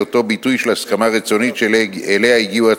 היותו ביטוי של הסכמה רצונית שהצדדים הגיעו אליה,